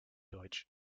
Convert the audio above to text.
deutsch